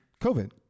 COVID